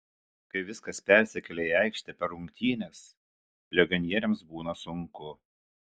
kai viskas persikelia į aikštę per rungtynes legionieriams būna sunku